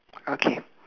okay